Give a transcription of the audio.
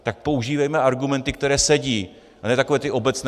Tak používejme argumenty, které sedí, a ne takové ty obecné.